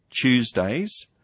Tuesdays